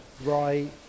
right